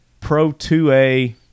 pro-2A